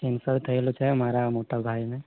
cancer થયેલું છે મારા મોટા ભાઈને